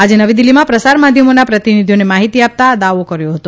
આજે નવીદિલ્ફીમાં પ્રસાર માધ્યમોના પ્રતિનિધિઓને માહિતી આપતાં આ દાવો કર્યો હતો